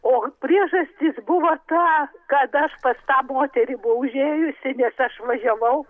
o priežastis buvo ta kad aš pas tą moterį buvau užėjusi nes aš važiavau